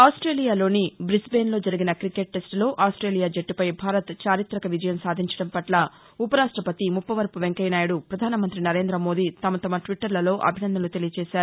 ఆస్టేలియాలోని గ్రిస్బేన్లో జరిగిన క్రికెట్ టెస్టులో ఆస్టేలియా జట్టపై భారత్ చార్పితక విజయం సాధించడంపట్ల ఉపరాష్టపతి ముప్పవరపు వెంకయ్యనాయుడు ప్రధాన మంతి నరేంద్రమోదీ తమతమ ట్విట్టర్లలో అభినందనలు తెలిపారు